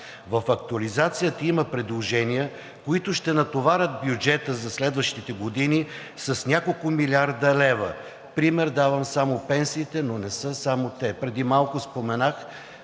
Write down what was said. В актуализацията има предложения, които ще натоварят бюджета за следващите години с няколко милиарда лева – за пример давам само пенсиите, но не са само те. Преди малко споменах